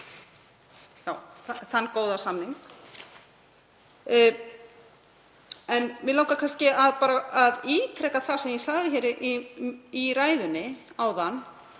Já, þann góða samning. En mig langar kannski að ítreka það sem ég sagði í ræðunni áðan,